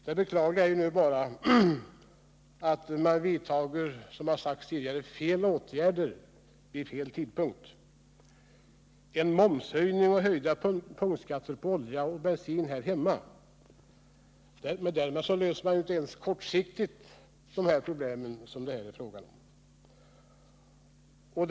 Det beklagliga är bara att man vidtar fel åtgärder vid fel tidpunkt. En momshöjning och höjda punktskatter på olja och bensin här hemma löser inte ens kortsiktigt de problem som det här är fråga om.